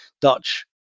Dutch